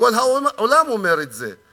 וכל העולם אומר את זה.